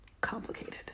complicated